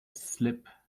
slip